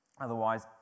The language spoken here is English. Otherwise